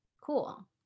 Cool